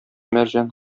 мәрҗән